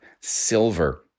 silver